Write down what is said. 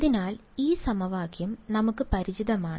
അതിനാൽ ഈ സമവാക്യം നമുക്ക് പരിചിതമാണ്